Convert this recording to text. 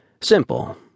Simple